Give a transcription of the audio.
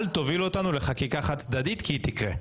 אל תובילו אותנו לחקיקה חד צדדית כי היא תקרה.